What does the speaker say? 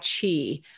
Chi